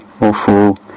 awful